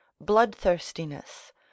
bloodthirstiness